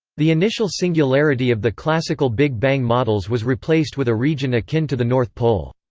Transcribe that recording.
the initial singularity of the classical big bang models was replaced with a region akin to the north pole.